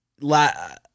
Last